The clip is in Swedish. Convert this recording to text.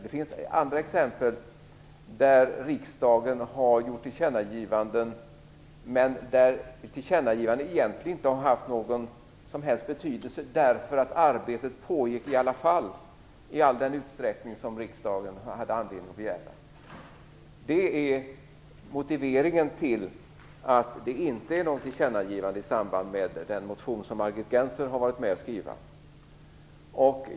Det finns andra exempel där riksdagen har gjort tillkännagivanden men där tillkännagivanden egentligen inte haft någon som helst betydelse därför att arbetet pågått i alla fall i all den utsträckning som riksdagen hade anledning att begära. Detta är motiveringen till att det inte är något tillkännagivande i samband med den motion som Margit Gennser har varit med om att skriva.